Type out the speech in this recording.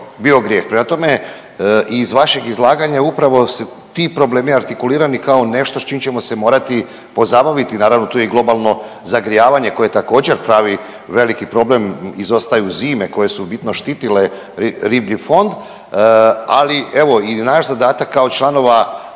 bio grijeh. Prema tome iz vašeg izlaganja upravo se ti problemi artikulirani kao nešto s čim se ćemo morati pozabaviti, naravno, tu je i globalno zagrijavanje, koje također, pravi veliki problem, izostaju zime koje su bitno štitile riblji fond, ali evo i naš zadatak kao članova